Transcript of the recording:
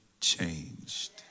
changed